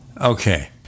Okay